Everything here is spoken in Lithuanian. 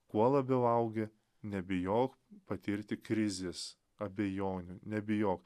kuo labiau augi nebijok patirti krizės abejonių nebijok